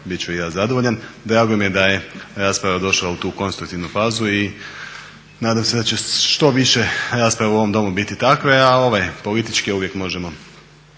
ću i ja zadovoljan. Drago mi je da je rasprava došla u tu konstruktivnu fazu i nadam se da će što više rasprava u ovom domu biti takve, a ove političke uvijek možemo